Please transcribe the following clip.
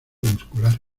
muscular